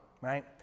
Right